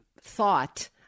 thought